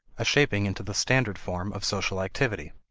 a shaping into the standard form of social activity.